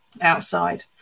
outside